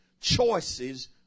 choices